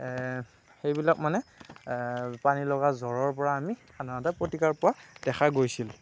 সেইবিলাক মানে পানীলগা জ্বৰৰ পৰা আমি সাধাৰণতে প্ৰতিকাৰ পোৱা দেখা গৈছিল